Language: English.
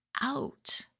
out